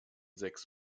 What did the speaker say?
sechs